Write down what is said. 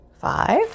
Five